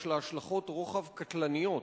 יש לה השלכות רוחב קטלניות